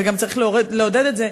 וגם צריך לעודד את זה,